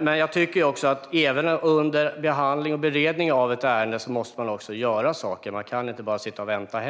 Men jag tycker att man måste göra saker även under behandling och beredning av ett ärende. Man kan inte bara sitta och vänta.